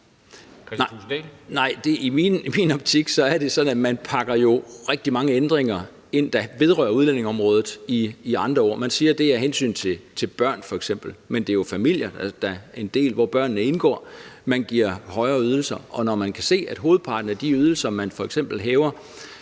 at man jo pakker rigtig mange ændringer, der vedrører udlændingeområdet, ind i andre ord. Man siger, det f.eks. er af hensyn til børnene, men det er jo familier, hvor børnene indgår som en del, man giver højere ydelser, og når vi kan se, at hovedparten af de ydelser, man f.eks. samlet